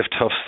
tough